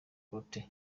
protais